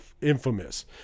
infamous